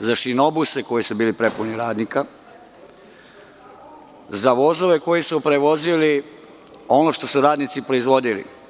za šinobusima koji su bili prepuni radnika, za vozovima koji su prevozili ono što su radnici proizvodili.